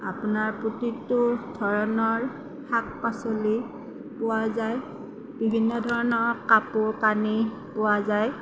আপোনাৰ প্ৰতিটো ধৰণৰ শাক পাচলি পোৱা যায় বিভিন্ন ধৰণৰ কাপোৰ কানি পোৱা যায়